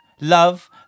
love